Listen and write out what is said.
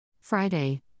Friday